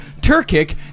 Turkic